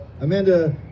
Amanda